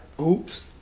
Oops